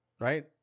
right